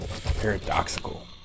paradoxical